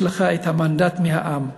יש לך את המנדט מהעם,